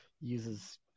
uses